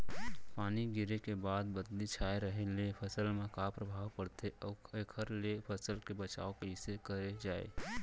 पानी गिरे के बाद बदली छाये रहे ले फसल मा का प्रभाव पड़थे अऊ एखर ले फसल के बचाव कइसे करे जाये?